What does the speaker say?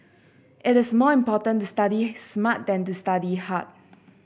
it is more important to study smart than to study hard